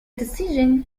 decision